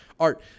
Art